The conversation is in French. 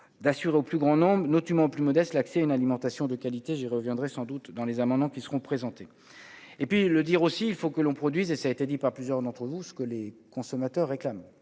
d'assurer au plus grand nombre de nos tu mens plus modestes l'accès à une alimentation de qualité, j'y reviendrai sans doute dans les amendements qui seront présentés et puis le dire aussi, il faut que l'on. Produits et ça a été dit par plusieurs d'entre vous, ce que les consommateurs réclament